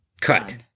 Cut